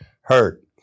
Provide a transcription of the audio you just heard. hurt